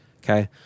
Okay